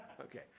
Okay